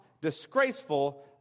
disgraceful